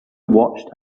watched